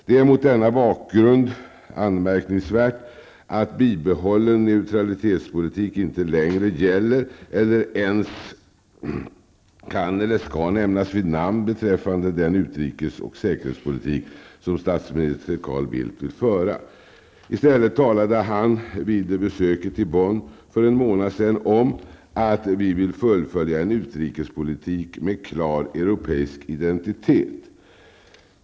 Det är mot denna bakgrund anmärkningsvärt att detta med ''bibehållen neutralitetspolitik'' inte längre gäller eller ens kan eller skall nämnas vid namn beträffande den utrikesoch säkerhetspolitik som statsminister Carl Bildt vill föra. I stället talade han vid sitt besök i Bonn för en månad sedan om att ''vi vill fullfölja en utrikespolitik med klar europeisk identitet''.